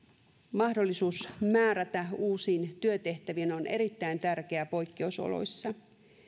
mahdollisuus määrätä uusiin työtehtäviin on erittäin tärkeä poikkeusoloissa